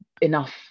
enough